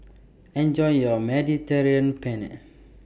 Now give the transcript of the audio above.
Enjoy your Mediterranean Penne